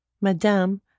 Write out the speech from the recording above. Madame